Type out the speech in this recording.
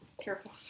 careful